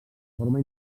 forma